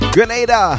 Grenada